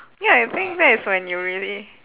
ya you think that is when you really